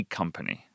company